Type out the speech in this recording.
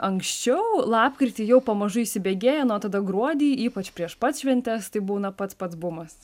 anksčiau lapkritį jau pamažu įsibėgėja na o tada gruodį ypač prieš pat šventes tai būna pats pats bumas